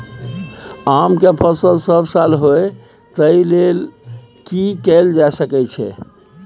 आम के फसल सब साल होय तै लेल की कैल जा सकै छै?